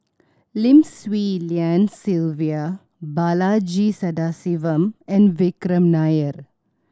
Lim Swee Lian Sylvia Balaji Sadasivan and Vikram Nair